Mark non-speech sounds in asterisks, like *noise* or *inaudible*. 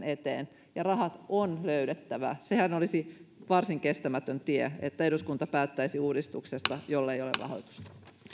*unintelligible* eteen ja rahat on löydettävä sehän olisi varsin kestämätön tie että eduskunta päättäisi uudistuksesta jolle ei ole rahoitusta